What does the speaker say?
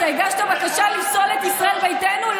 אתה הגשת בקשה לפסול את ישראל ביתנו?